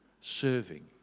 serving